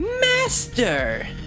Master